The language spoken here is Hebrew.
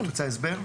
צריך להתפשר,